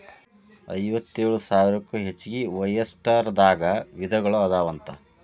ಐವತ್ತೇಳು ಸಾವಿರಕ್ಕೂ ಹೆಚಗಿ ಒಯಸ್ಟರ್ ದಾಗ ವಿಧಗಳು ಅದಾವಂತ